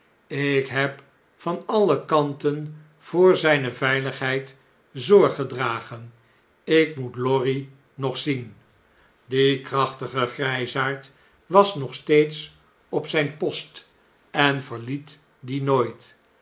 ik heb van alle kanten voor zjjne veihgheid zorg gedragen ik moet lorry nog zien die krachtige grflsaard was nog steeds op zgn post en verliet dien nooit